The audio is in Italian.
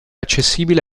accessibile